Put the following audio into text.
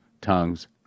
tongues